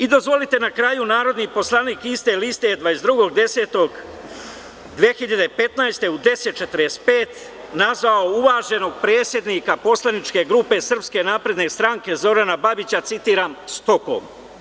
I dozvolite na kraju, narodni poslanik iste liste je 22.10.2015. godine u 10 i 45 nazvao uvaženog predsednika poslaničke grupe SNS Zorana Babića, citiram – „stokom“